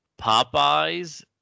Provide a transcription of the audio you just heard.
Popeyes